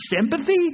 sympathy